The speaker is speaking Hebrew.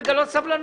לגלות סבלנות.